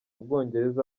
bwongereza